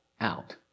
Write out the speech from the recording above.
out